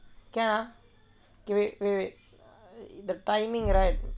can ah okay wait wait wait the timing right